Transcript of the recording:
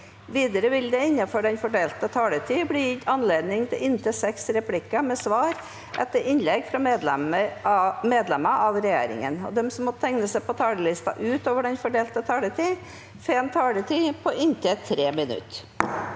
Videre vil det – innenfor den fordelte taletid – bli gitt anledning til inntil seks replikker med svar etter innlegg fra medlemmer av regjeringen, og de som måtte tegne seg på talerlisten utover den fordelte taletid, får en taletid på inntil 3 minutter.